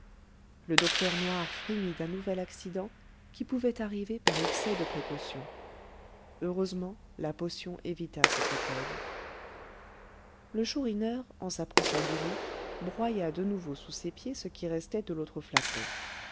le docteur noir frémit d'un nouvel accident qui pouvait arriver par excès de précaution heureusement la potion évita cet écueil le chourineur en s'approchant du lit broya de nouveau sous ses pieds ce qui restait de l'autre flacon